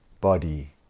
body